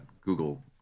Google